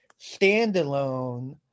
standalone